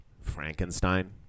Frankenstein